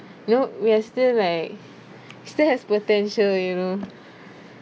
you know we are still like still has potential you know